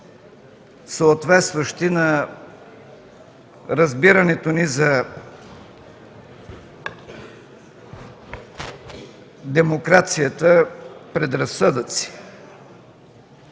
съответстващи на разбирането ни за демокрацията предразсъдъци.